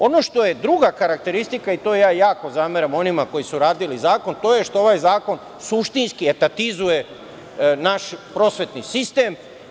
Ono što je druga karakteristika i to ja jako zameram onima koji su radili zakon, to je što ovaj zakon suštinski atatizuje naš prosvetni sistem.